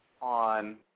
on